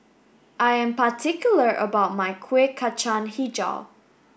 I am particular about my Kueh Kacang Hijau